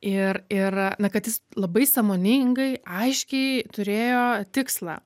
ir ir na kad jis labai sąmoningai aiškiai turėjo tikslą